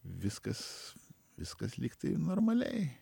viskas viskas lyg tai normaliai